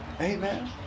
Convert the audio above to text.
Amen